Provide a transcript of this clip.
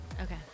Okay